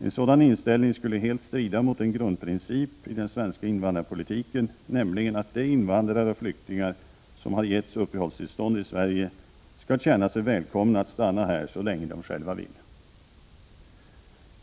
En sådan inställning skulle helt strida mot en grundprincip i den svenska invandrarpolitiken, nämligen att de invandrare och flyktingar som har getts uppehållstillstånd i Sverige skall känna sig välkomna att stanna här så länge de själva vill.